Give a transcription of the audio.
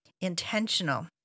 intentional